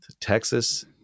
Texas